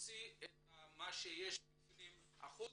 להוציא את מה שיש בפנים החוצה.